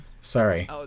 sorry